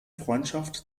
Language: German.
freundschaft